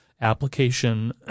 application